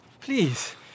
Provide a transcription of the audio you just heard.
please